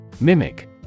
Mimic